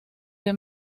que